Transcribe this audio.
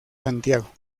santiago